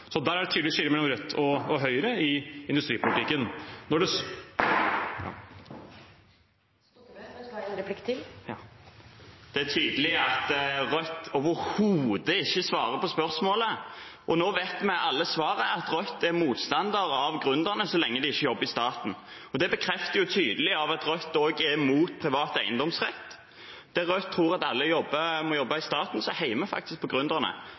Så der er det tydeligvis et skille mellom Rødt og Høyre i industripolitikken. Det er tydelig at Rødt overhodet ikke svarer på spørsmålet. Og nå vet vi alle svaret: Rødt er motstander av gründerne, så lenge de ikke jobber i staten. Det bekreftes tydelig også av at Rødt er imot privat eiendomsrett. Der Rødt tror at alle må jobbe i staten, heier vi faktisk på